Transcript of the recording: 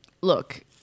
Look